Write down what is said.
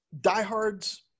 diehards